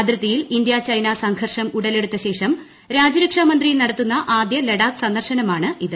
അതിർത്തിയിൽ India China സംഘർഷം ഉടലെടുത്ത ശേഷം രാജ്യരക്ഷാ മന്ത്രി നടത്തുന്ന ആദ്യ ലഡാക്ക് സന്ദർശനമാണിത്